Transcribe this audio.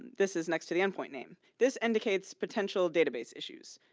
this is next to the endpoint name, this indicates potential database issues.